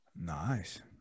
Nice